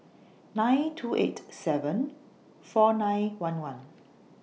nine two eight seven four nine one one